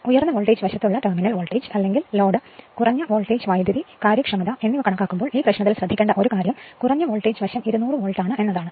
ഉയർന്ന വോൾട്ടേജ് വശത്തുള്ള terminal voltage അല്ലെങ്കിൽ ലോഡ് കുറഞ്ഞ വോൾട്ടേജ് കറന്റ് കാര്യക്ഷമത എന്നിവ കണക്കാക്കുമ്പോൾ ഈ പ്രശ്നത്തിൽ ശ്രദ്ധിക്കേണ്ട ഒരു കാര്യം കുറഞ്ഞ വോൾട്ടേജ് വശം 200 വോൾട്ട് ആണ് എന്നതാണ്